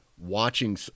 watching